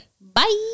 bye